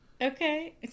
Okay